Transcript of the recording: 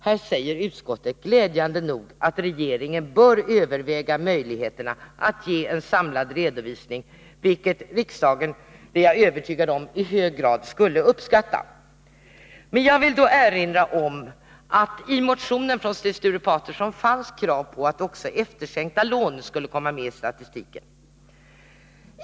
Utskottet säger glädjande nog att regeringen bör överväga möjligheterna att ge en samlad redovisning, vilket riksdagen — det är jag övertygad om — i hög grad skulle uppskatta. Jag vill då erinra om att i motionen av Sten Sture Paterson fanns krav om att också efterskänkta lån skulle komma med i statistiken.